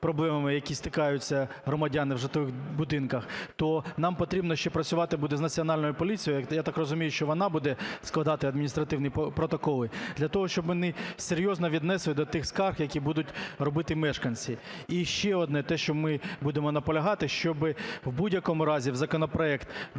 проблемами, з якими стикають громадяни в житлових будинках, то нам потрібно ще працювати буде з Національною поліцією, я так розумію, що вона буде складати адміністративні протоколи, для того, щоб вони серйозно віднеслись до тих скарг, які будуть робити мешканці. І ще одне, те, що ми будемо наполягати, щоби в будь-якому разі в законопроект